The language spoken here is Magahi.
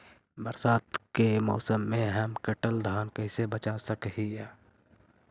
बरसात के मौसम में हम कटल धान कैसे बचा सक हिय?